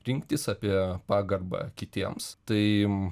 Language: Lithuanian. rinktis apie pagarbą kitiems tai